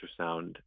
ultrasound